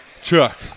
Chuck